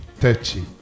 touchy